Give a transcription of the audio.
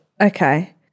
Okay